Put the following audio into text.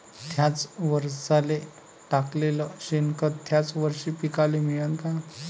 थ्याच वरसाले टाकलेलं शेनखत थ्याच वरशी पिकाले मिळन का?